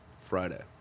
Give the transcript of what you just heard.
Friday